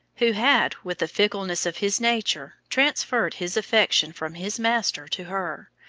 who had, with the fickleness of his nature, transferred his affection from his master to her,